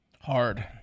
Hard